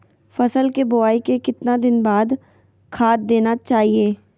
फसल के बोआई के कितना दिन बाद खाद देना चाइए?